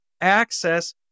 access